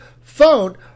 phone